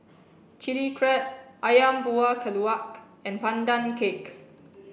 Chilli Crab Ayam Buah Keluak and Pandan Cake